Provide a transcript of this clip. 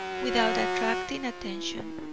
without attracting attention,